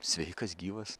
sveikas gyvas